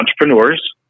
entrepreneurs